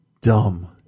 dumb